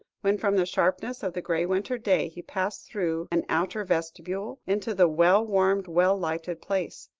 when from the sharpness of the grey winter day, he passed through an outer vestibule, into the well-warmed, well-lighted place.